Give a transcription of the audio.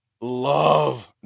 love